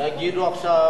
חבר הכנסת